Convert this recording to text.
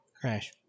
crash